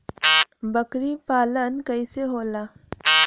बकरी पालन कैसे होला?